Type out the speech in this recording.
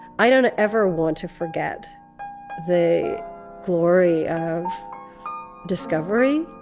i don't ever want to forget the glory of discovery.